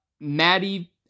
Maddie